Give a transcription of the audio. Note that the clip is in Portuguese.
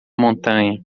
montanha